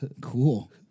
Cool